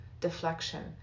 Deflection